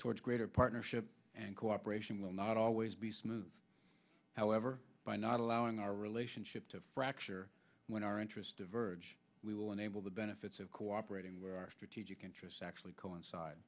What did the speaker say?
towards greater partnership and cooperation will not always be smooth however by not allowing our relationship to fracture when our interests diverge we will enable the benefits of cooperating where our strategic interests actually coincide